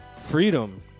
freedom